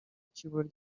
cy’ibura